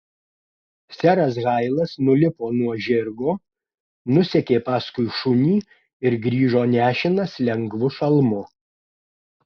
seras hailas nulipo nuo žirgo nusekė paskui šunį ir grįžo nešinas lengvu šalmu